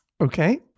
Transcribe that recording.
Okay